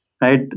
Right